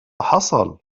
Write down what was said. حصل